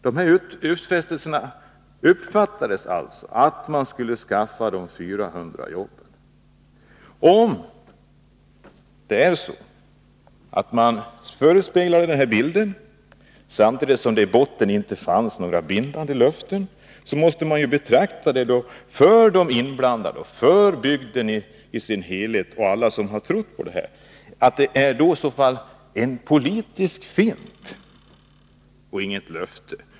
Dessa utfästelser uppfattades alltså så att Nr 154 man skulle skaffa de 400 jobben. Om man förespeglade detta samtidigt som Måndagen den det i botten inte fanns något bindande löfte, måste detta betraktas, för de 24 maj 1982 inblandade, för bygden i dess helhet och för alla som trodde på detta, som en politisk fint och inget löfte.